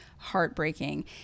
heartbreaking